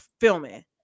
filming